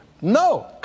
No